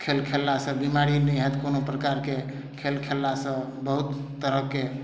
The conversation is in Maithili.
खेल खेललासँ बीमारी नहि हैत कोनो प्रकारके खेल खेललासँ बहुत तरहके